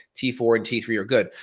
t four and t three are good.